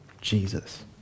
Jesus